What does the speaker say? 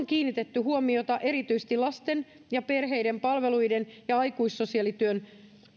kiinnitetty huomiota erityisesti lasten ja perheiden palveluiden ja aikuissosiaalityön